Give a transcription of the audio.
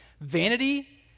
Vanity